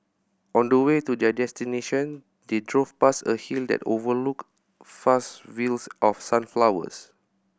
on the way to their destination they drove past a hill that overlooked fields of sunflowers